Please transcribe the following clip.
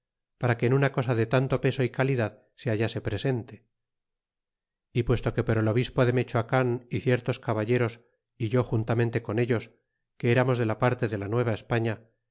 para que en una cosa de tanto peso y calidad se hallase presente y puesto que por el obispo de mechoacan é ciertos caballeros é yo juntamente con ellos que caernos de la parte de la